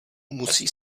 musí